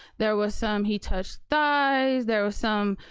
there was some he touched thighs, there was some,